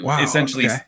essentially